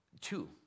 Two